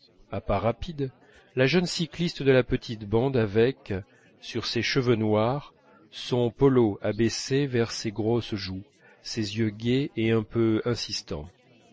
à pas rapides la jeune cycliste de la petite bande avec sur ses cheveux noirs son polo abaissé vers ses grosses joues ses yeux gais et un peu insistants